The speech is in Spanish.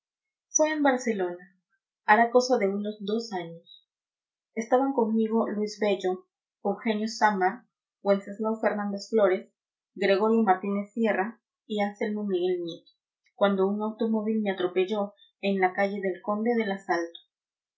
fue en barcelona hará cosa de unos dos años estaban conmigo luis bello eugenio xammar wenceslao fernández flórez gregorio martínez sierra y anselmo miguel nieto cuando un automóvil me atropelló en la calle del conde del asalto